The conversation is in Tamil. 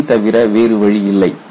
இதனை தவிர வேறு வழியில்லை